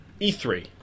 E3